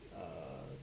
err